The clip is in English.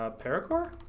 ah paracore?